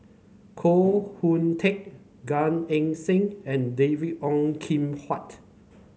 Koh Hoon Teck Gan Eng Seng and David Ong Kim Huat